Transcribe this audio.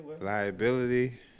Liability